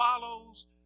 follows